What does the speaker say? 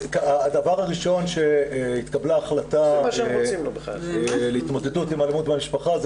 הדבר הראשון שהתקבלה החלטה להתמודדות עם אלימות במשפחה,